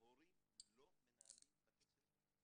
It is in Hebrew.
הורים לא מנהלים בתי הספר.